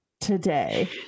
today